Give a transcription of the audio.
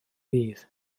ddydd